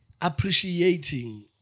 appreciating